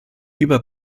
über